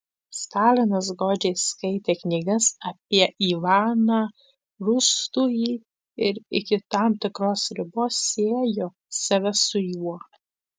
stalinas godžiai skaitė knygas apie ivaną rūstųjį ir iki tam tikros ribos siejo save su juo